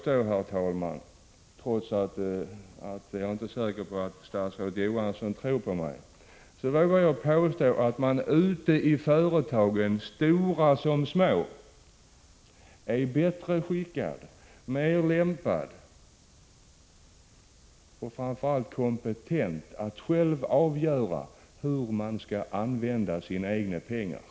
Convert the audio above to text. Trots att jag inte är säker på att statsrådet Johansson kommer att tro mig vågar jag påstå, herr talman, att man ute i företagen — det må gälla stora eller små — är bäst skickad, mest lämpad och mest kompetent att själv avgöra hur man skall använda sina egna pengar.